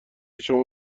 شما